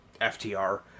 FTR